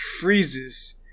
freezes